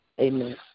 Amen